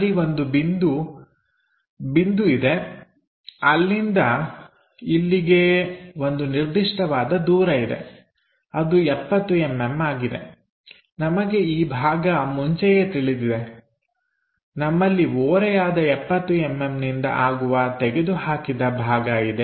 ಅಲ್ಲಿ ಒಂದು ಬಿಂದು ಇದೆ ಅಲ್ಲಿಂದ ಇಲ್ಲಿಗೆ ಒಂದು ನಿರ್ದಿಷ್ಟವಾದ ದೂರ ಇದೆ ಅದು 70mm ಆಗಿದೆ ನಮಗೆ ಈ ಭಾಗ ಮುಂಚೆಯೇ ತಿಳಿದಿದೆ ನಮ್ಮಲ್ಲಿ ಓರೆಯಾದ 70mm ನಿಂದ ಆಗುವ ತೆಗೆದುಹಾಕಿದ ಭಾಗ ಇದೆ